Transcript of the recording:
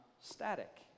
static